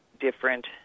different